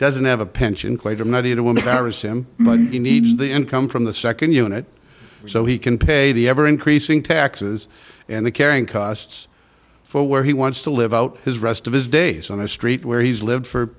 doesn't have a pension quite i'm not in a woman marries him he needs the income from the second unit so he can pay the ever increasing taxes and the carrying costs for where he wants to live out his rest of his days on a street where he's lived for